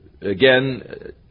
again